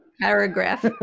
paragraph